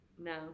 No